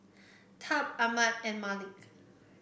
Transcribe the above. Tab Armand and Malik